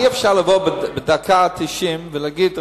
אי-אפשר לבוא בדקה התשעים ולהגיד,